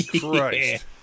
Christ